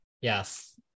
Yes